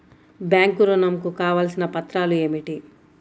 Bank ఋణం కు కావలసిన పత్రాలు ఏమిటి?